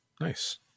Nice